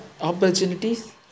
opportunities